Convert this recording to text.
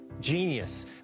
genius